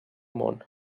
món